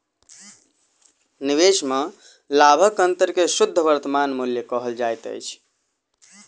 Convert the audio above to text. निवेश में लाभक अंतर के शुद्ध वर्तमान मूल्य कहल जाइत अछि